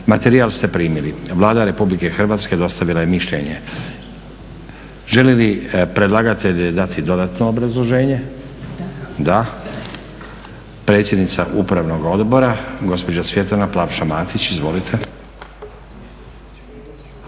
Materijal ste primili. Vlada Republike Hrvatske dostavila je mišljenje. Želi li predlagatelj dati dodatno obrazloženje? Da. Predsjednica Upravnog odbora, gospođa Svjetlana Plavša Matić. Izvolite.